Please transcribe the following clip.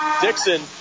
Dixon